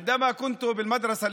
כי כאשר הייתי בחטיבת הביניים